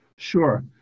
Sure